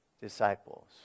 disciples